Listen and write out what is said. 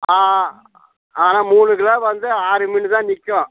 ஆ ஆனால் மூணு கிலோ வந்து ஆறு மீன் தான் நிற்கும்